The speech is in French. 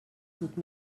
toute